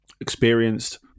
experienced